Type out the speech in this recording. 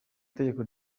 itegeko